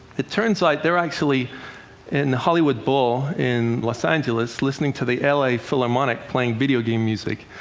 it turns out they're actually in hollywood bowl in los angeles listening to the l a. philharmonic playing video game music.